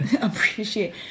Appreciate